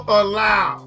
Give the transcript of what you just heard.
allow